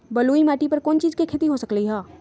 बलुई माटी पर कोन कोन चीज के खेती हो सकलई ह?